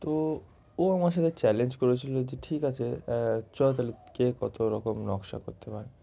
তো ও আমার সাথে চ্যালেঞ্জ করেছিল যে ঠিক আছে চল তাহলে কে কত রকম নকশা করতে পারে